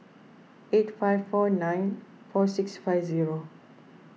eight five four nine four six five zero